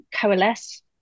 coalesce